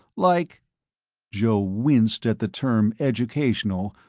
like joe winced at the term educational,